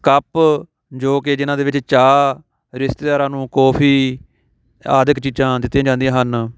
cup ਜੋ ਕਿ ਜਿਨ੍ਹਾਂ ਦੇ ਵਿੱਚ ਚਾਹ ਰਿਸ਼ਤੇਦਾਰਾਂ ਨੂੰ ਕੌਫੀ ਆਦਿਕ ਚੀਜ਼ਾਂ ਦਿੱਤੀਆਂ ਜਾਂਦੀਆਂ ਹਨ